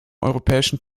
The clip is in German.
europäischen